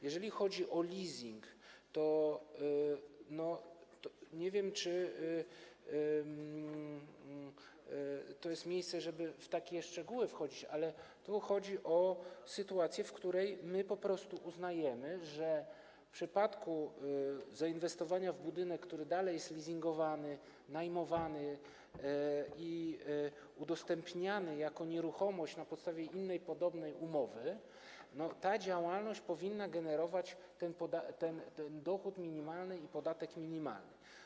Jeśli chodzi o leasing, to nie wiem, czy to jest miejsce, żeby wchodzić w takie szczegóły, ale tu chodzi o sytuację, w której my po prostu uznajemy, że w przypadku zainwestowania w budynek, który dalej jest leasingowany, najmowany i udostępniany jako nieruchomość na podstawie innej podobnej umowy, ta działalność powinna generować dochód minimalny i podatek minimalny.